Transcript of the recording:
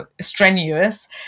strenuous